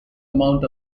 amount